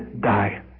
die